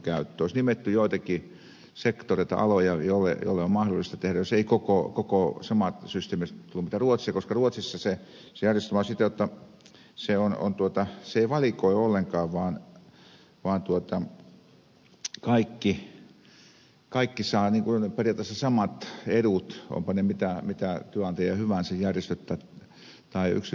olisi nimetty joitakin sektoreita aloja joille on mahdollista tehdä jos ei koko sama systeemi tule mitä ruotsissa koska ruotsissa se järjestelmä on sitä jotta se ei valikoi ollenkaan vaan kaikki saavat periaatteessa samat edut ovatpa ne mitä työnantajia hyvänsä järjestöt tai yksityiset työnantajat